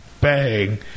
Bang